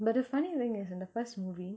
but the funny thing is in the first movie